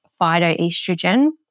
phytoestrogen